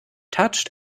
touched